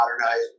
modernize